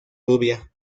rubia